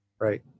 Right